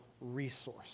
resource